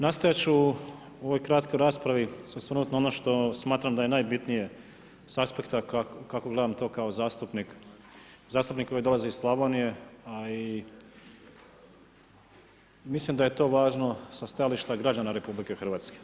Nastojat ću u ovoj kratkoj raspravi se osvrnut na ono što smatram da je najbitnije sa aspekta kako gledam to kao zastupnik koji dolazi iz Slavonije, a i mislim da je to važno sa stajališta građana RH.